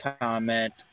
comment